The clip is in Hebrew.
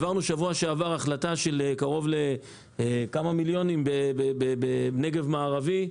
בשבוע שעבר העברנו החלטה על העברת כמה מיליונים לנגב המערבי,